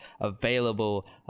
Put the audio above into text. available